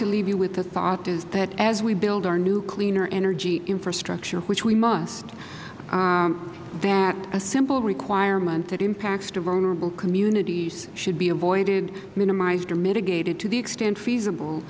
to leave you with the thought that as we build our new cleaner energy infrastructure which we must that a simple requirement that impacts the vulnerable communities should be avoided minimized or mitigated to the extent feasible